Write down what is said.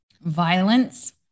violence